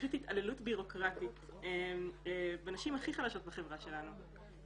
פשוט התעללות בירוקרטית בנשים הכי חלשות בחברה שלנו.